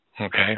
Okay